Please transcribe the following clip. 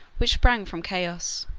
which sprang from chaos,